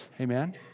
Amen